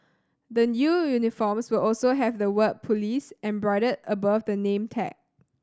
the new uniforms will also have the word police embroidered above the name tag